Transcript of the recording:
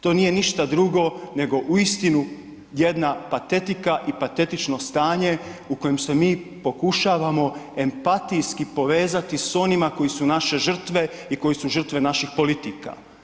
To nije ništa drugo nego uistinu jedna patetika i patetično stanje u kojem se mi pokušavamo empatijski povezati sa onima koji su naše žrtve i koje su žrtve naših politika.